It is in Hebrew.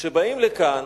שבאים לכאן